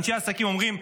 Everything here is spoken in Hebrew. אנשי העסקים אומרים,